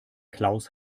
klaus